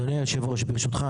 אדוני היו"ר, ברשותך.